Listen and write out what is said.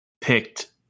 picked